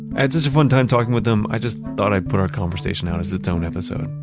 i had such a fun time talking with him, i just thought i'd put our conversation out as its own episode.